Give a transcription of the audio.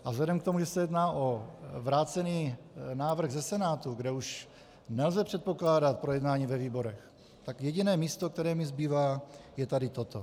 A vzhledem k tomu, že se jedná o vrácený návrh ze Senátu, kde už nelze předpokládat projednání ve výborech, tak jediné místo, které mi zbývá, je tady toto.